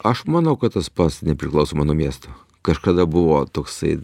aš manau kad tas pats nepriklausomai nuo miesto kažkada buvo toksai